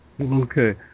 Okay